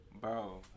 Bro